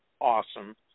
awesome